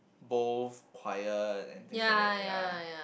both quiet and things like that ya